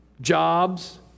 Jobs